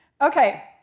Okay